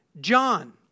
John